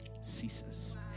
ceases